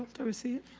to receive.